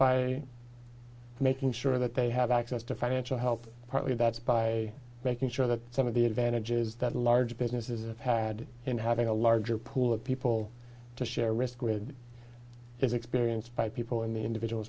by making sure that they have access to financial help partly that's by making sure that some of the advantages that large businesses had in having a larger pool of people to share risk with his experience by people in the individual